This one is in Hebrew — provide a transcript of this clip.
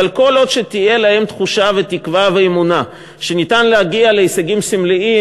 אבל כל עוד תהיה להם תחושה ותקווה ואמונה שניתן להגיע להישגים סמליים,